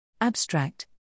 Abstract